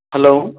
hello